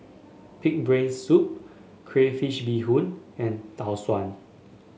pig brains soup Crayfish Beehoon and Tau Suan